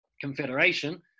confederation